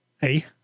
Hey